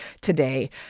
today